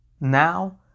Now